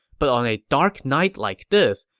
but on a dark night like this,